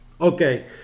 Okay